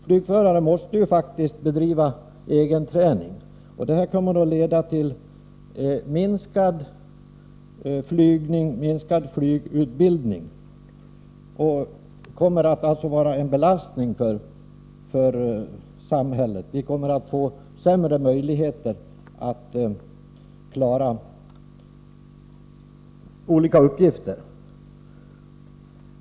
Flygförare måste faktiskt bedriva egenträning, men detta förslag kommer att leda till minskad flygning och minskad flygutbildning. Förslaget kommer alltså att innebära en belastning för samhället. Vi kommer att få sämre möjligheter att klara olika uppgifter.